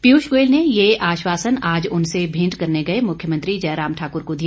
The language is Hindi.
पियूष गोयल ने ये आश्वासन आज उनसे भेंट करने गए मुख्यमंत्री जयराम ठाकुर को दिया